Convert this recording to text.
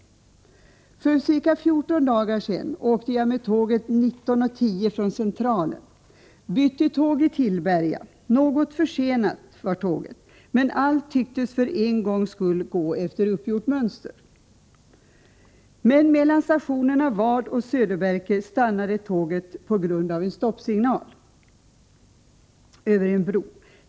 För ca 14 dagar sedan åkte jag med tåget kl. 19.10 från Centralen och bytte tåg i Tillberga. Tåget var något försenat, men allt tycktes för en gångs skull gå efter uppgjort mönster. Men mellan stationerna Vad och Söderbärke stannade tåget på grund av en stoppsignal före en bro.